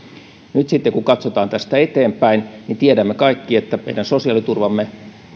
nyt sitten kun katsotaan tästä eteenpäin niin tiedämme kaikki että meidän sosiaaliturvamme